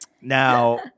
Now